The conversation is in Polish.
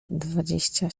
dwadzieścia